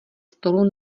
stolu